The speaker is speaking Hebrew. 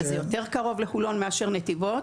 שזה יותר קרוב לחולון מאשר נתיבות.